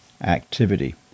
activity